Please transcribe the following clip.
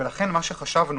ולכן מה שחשבנו